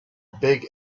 big